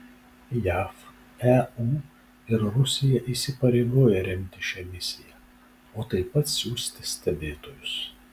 jav eu ir rusija įsipareigoja remti šią misiją o taip pat siųsti stebėtojus